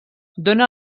dona